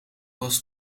was